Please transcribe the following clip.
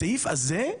הסעיף הזה,